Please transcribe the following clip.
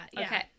Okay